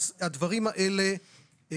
אנחנו עושים את הדברים האלה כאן.